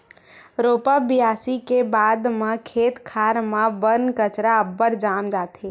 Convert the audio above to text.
रोपा बियासी के बाद म खेत खार म बन कचरा अब्बड़ जाम जाथे